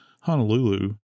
Honolulu